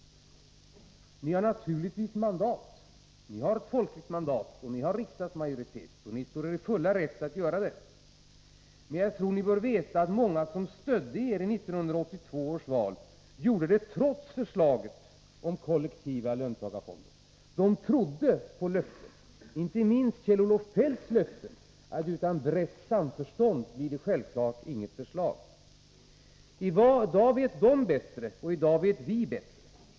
Ni har naturligtvis mandat för det. Ni har folkligt mandat och riksdagsmajoritet, och ni står i er fulla rätt att göra det. Men jag tror ni bör veta att många som stödde er i 1982 års val gjorde det trots förslaget om kollektiva löntagarfonder. De trodde på löften, inte minst Kjell-Olof Feldts löften, att utan brett samförstånd blir det självfallet inget förslag. I dag vet de bättre, och i dag vet också vi bättre.